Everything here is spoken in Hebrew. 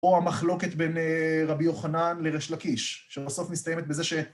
או המחלוקת בין רבי יוחנן לריש לקיש, שבסוף מסתיימת בזה ש...